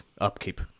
upkeep